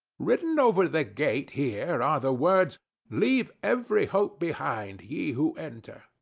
written over the gate here are the words leave every hope behind, ye who enter.